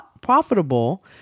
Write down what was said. profitable